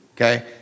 okay